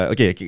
Okay